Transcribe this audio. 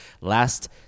last